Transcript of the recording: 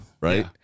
right